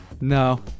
No